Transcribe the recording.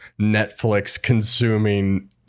Netflix-consuming